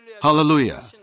Hallelujah